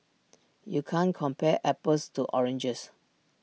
you can't compare apples to oranges